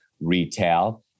retail